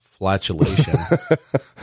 flatulation